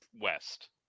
west